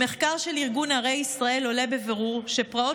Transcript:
ממחקר של ארגון ערי ישראל עולה בבירור שפרעות